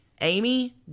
Amy